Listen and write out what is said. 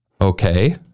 Okay